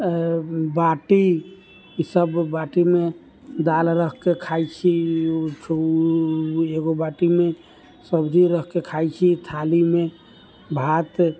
बाटी ई सब बाटीमे दालि रखके खाइ छी एगो बाटीमे सब्जी रखके खाइ छी थालीमे भात